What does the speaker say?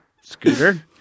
Scooter